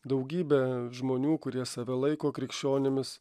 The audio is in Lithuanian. daugybė žmonių kurie save laiko krikščionimis